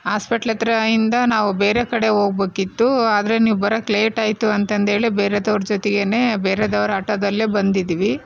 hospital ಹತ್ರ ಇಂದ ನಾವು ಬೇರೆ ಕಡೆ ಹೋಗ್ಬೇಕಿತ್ತು ಆದರೆ ನೀವು ಬರೋಕ್ಕೆ ಲೇಟ್ ಆಯಿತು ಅಂತಂದ್ಹೇಳಿ ಬೇರೆದವರು ಜೊತೆಗೆನೇ ಬೇರೆದವರು ಆಟೋದಲ್ಲೇ ಬಂದಿದ್ದೀವಿ